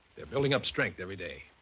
they're building up strength everyday.